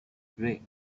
gray